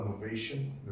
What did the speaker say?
innovation